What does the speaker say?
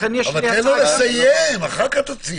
תן לו לסיים ואחר-כך תציע.